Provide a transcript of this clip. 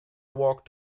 walk